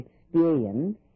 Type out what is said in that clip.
experience